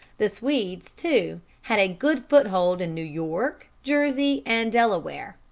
the swedes, too, had a good foothold in new york, jersey, and delaware,